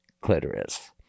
clitoris